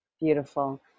Beautiful